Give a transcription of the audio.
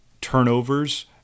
turnovers